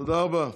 תודה רבה.